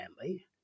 family